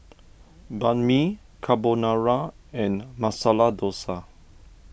Banh Mi Carbonara and Masala Dosa